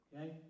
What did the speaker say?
Okay